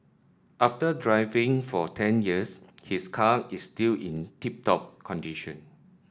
after driving for ten years his car is still in tip top condition